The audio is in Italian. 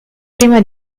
prima